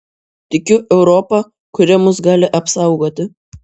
tikiu europa kuri mus gali apsaugoti